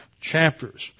chapters